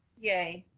yay.